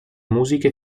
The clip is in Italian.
musiche